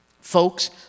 Folks